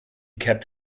kept